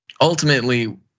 ultimately